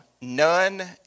none